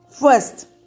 first